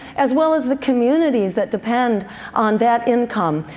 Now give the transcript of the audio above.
as well as the communities that depend on that income,